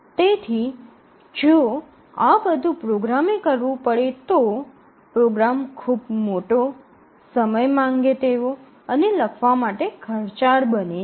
તેથી જો આ બધું પ્રોગ્રામ એ કરવું પડે તો પ્રોગ્રામ ખૂબ મોટો સમય માંગે તેવો અને લખવા માટે ખર્ચાળ બને છે